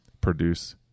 produce